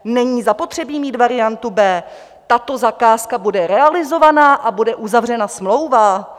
Není zapotřebí mít variantu B, tato zakázka bude realizovaná a bude uzavřena smlouva.